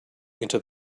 into